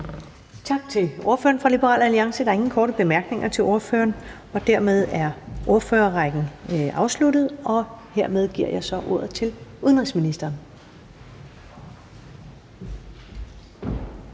Tak til ordføreren for Liberal Alliance. Der er ingen korte bemærkninger til ordføreren, og dermed er ordførerrækken afsluttet, og hermed giver jeg så ordet til udenrigsministeren.